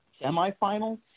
semifinals